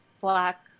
Black